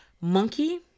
Monkey